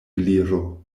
gliro